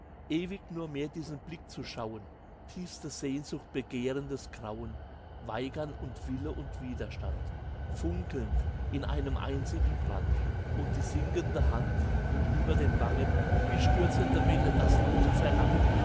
ewig nur mehr diesen blick zu schauen tiefste sehnsucht begehrendes grauen weigern und wille und widerstand funkelnd in einem einzigen brand und die sinkende hand und über den wangen wie stürzende welle das rote verlangen